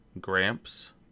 Gramps